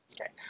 Okay